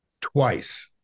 twice